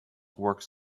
works